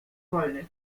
wolny